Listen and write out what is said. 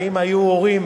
ואם היו הורים,